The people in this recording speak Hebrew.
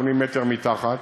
80 מטר מתחת.